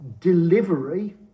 delivery